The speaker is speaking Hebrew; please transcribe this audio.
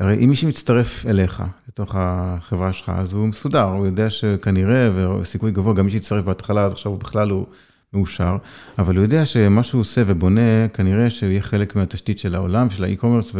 הרי אם מישהו מצטרף אליך לתוך החברה שלך אז הוא מסודר הוא יודע שכנראה ורוב..סיכוי גבוה גם מי שהצטרף בהתחלה אז עכשיו הוא בכלל הוא מאושר אבל הוא יודע שמה שהוא עושה ובונה כנראה שיהיה חלק מהתשתית של העולם של e-commerce